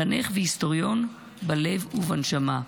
מחנך והיסטוריון בלב ובנשמה,